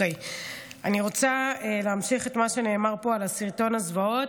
אני רוצה להמשיך את מה שנאמר פה על סרטון הזוועות,